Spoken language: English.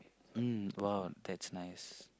mm !wow! that's nice